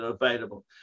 available